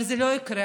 אבל זה לא יקרה.